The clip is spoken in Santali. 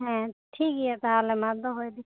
ᱦᱮᱸ ᱴᱷᱤᱠ ᱜᱮᱭᱟ ᱛᱟᱦᱚᱞᱮ ᱢᱟ ᱫᱚᱦᱚᱭ ᱵᱤᱱ